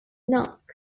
knock